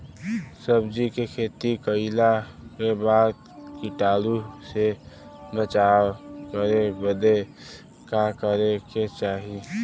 सब्जी के खेती कइला के बाद कीटाणु से बचाव करे बदे का करे के चाही?